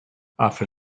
after